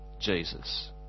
Jesus